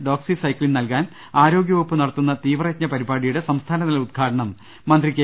ഡോക്സിസൈക്സിൻ നൽകാൻ ആരോഗ്യവകുപ്പ് നടത്തുന്ന തീവ്രി യജ്ഞ പരിപാടിയുടെ സംസ്ഥാനതല ഉദ്ഘാടനം മന്ത്രി കെ